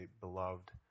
beloved